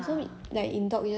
ha